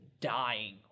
dying